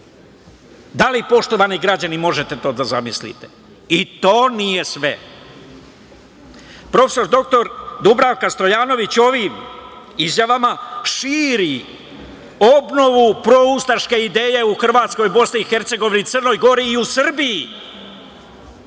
Da li, poštovani građani, možete to da zamislite? To nije sve. Profesor doktor Dubravka Stojanović ovim izjavama širi obnovu proustaške ideje u Hrvatskoj, BiH, Crnoj Gori i u Srbiji.